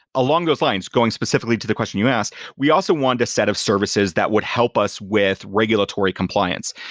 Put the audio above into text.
along those lines, going specifically to the question you asked, we also wanted a set of services that would help us with regulatory compliance.